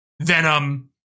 Venom